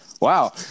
wow